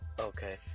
Okay